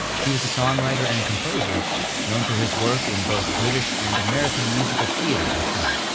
he was a songwriter and composer known for his work in both british and american musical theater and film.